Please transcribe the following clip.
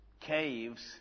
caves